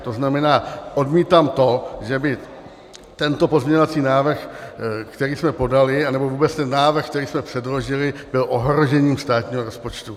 To znamená, odmítám to, že by tento pozměňovací návrh, který jsme podali, anebo vůbec ten návrh, který jsme předložili, byl ohrožením státního rozpočtu.